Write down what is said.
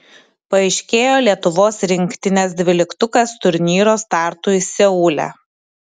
paaiškėjo lietuvos rinktinės dvyliktukas turnyro startui seule